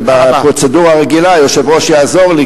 ובפרוצדורה הרגילה היושב-ראש יעזור לי,